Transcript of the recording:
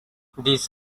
this